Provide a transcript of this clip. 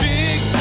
big